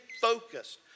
focused